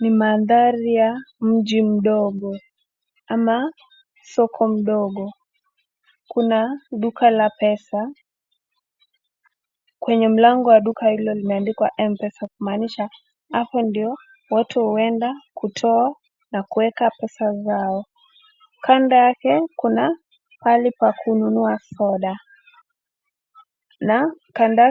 Ni madhali ya mji mdogo ama soko mdogo. Kuna duka la pesa. Kwenye mlango wa duka hilo kumeandikwa MPesa kumaanisha hapa ndio watu huenda kutoa na kuweka pesa zao. Kando yake kuna pahali pa kunua soda,